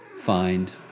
find